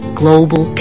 global